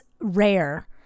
rare